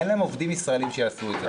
אין להם עובדים ישראלים שיעשו את זה.